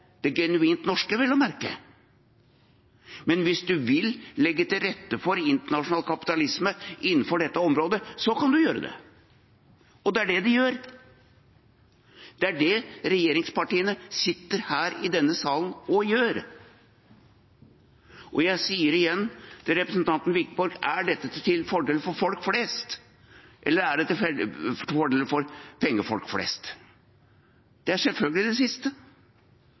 det genuint norske, vel å merke. Men hvis en vil legge til rette for internasjonal kapitalisme innenfor dette området, kan en gjøre det. Det er det de gjør, det er det regjeringspartiene sitter her i denne salen og gjør. Og jeg sier igjen til representanten Wiborg: Er dette til fordel for folk flest, eller er det til fordel for pengefolk flest? Det er selvfølgelig det siste.